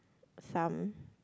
some